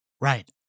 Right